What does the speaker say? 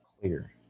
Clear